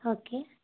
okay